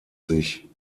sich